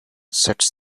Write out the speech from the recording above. sets